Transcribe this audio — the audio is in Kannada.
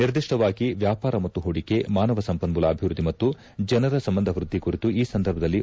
ನಿರ್ದಿಷ್ಟವಾಗಿ ವ್ಯಾಪಾರ ಮತ್ತು ಹೂಡಿಕೆ ಮಾನವ ಸಂಪನ್ಮೂಲ ಅಭಿವೃದ್ಧಿ ಮತ್ತು ಜನರ ಸಂಬಂಧ ವೃದ್ದಿ ಕುರಿತು ಈ ಸಂದರ್ಭದಲ್ಲಿ ಒತ್ತು ನೀಡಲಾಗಿದೆ